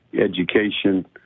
education